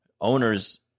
owners